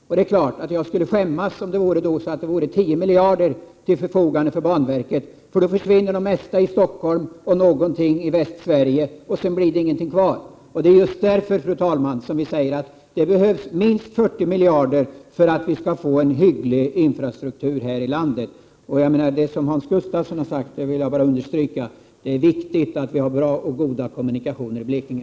Jag skulle naturligtvis skämmas om det vore så att banverket bara hade 10 miljarder till förfogande, för då försvinner det mesta i Stockholm och någonting i Västsverige, och sedan blir det ingenting kvar. Det är just därför, fru talman, som vi säger att det behövs minst 40 miljarder för att få en hygglig infrastruktur här i landet. Jag kan bara understryka det som Hans Gustafsson har sagt: Det är viktigt att ha bra och goda kommunikationer i Blekinge.